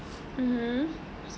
mmhmm